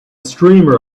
streamer